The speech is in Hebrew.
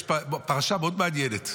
יש פרשה מאוד מעניינת,